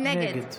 נגד